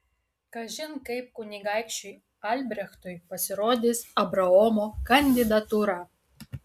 kažin kaip kunigaikščiui albrechtui pasirodys abraomo kandidatūra